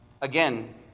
Again